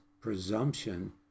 presumption